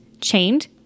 chained